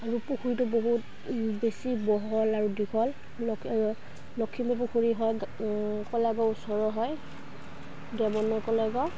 আৰু পুখুৰীটো বহুত বেছি বহল আৰু দীঘল লখিমপুৰ পুখুৰী হওক কলা গাঁৱৰ ওচৰ হয়